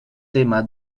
tema